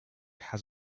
has